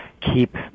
keep